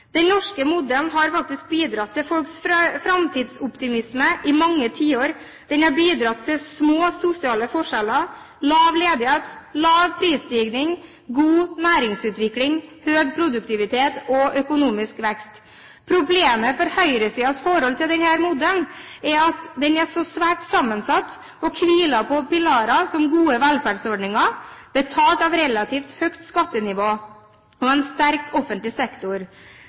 den næringen, heldigvis. Den norske modellen har faktisk bidratt til folks framtidsoptimisme i mange tiår. Den har bidratt til små sosiale forskjeller, lav ledighet, lav prisstigning, god næringsutvikling, økt produktivitet og økonomisk vekst. Problemet for høyresidens forhold til denne modellen er at den er svært sammensatt og hviler på pilarer som gode velferdsordninger, betalt av et relativt høyt skattenivå og en sterk offentlig sektor.